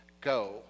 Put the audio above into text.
Go